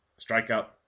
strikeout